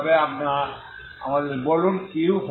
তবে আমাদের বলুন ux0f